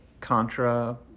Contra